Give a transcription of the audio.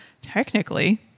technically